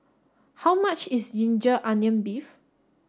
how much is ginger onions beef